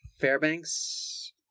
Fairbanks